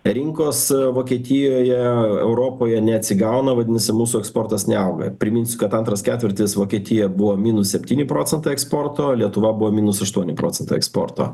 rinkos vokietijoje europoje neatsigauna vadinasi mūsų eksportas neauga primins kad antras ketvirtis vokietija buvo minus septyni procentai eksporto lietuva buvo minus aštuoni procentai eksporto